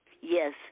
Yes